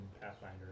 Pathfinder